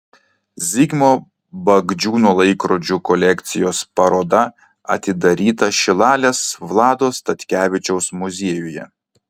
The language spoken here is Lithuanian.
zigmo bagdžiūno laikrodžių kolekcijos paroda atidaryta šilalės vlado statkevičiaus muziejuje